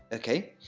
okay.